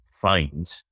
find